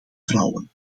vrouwen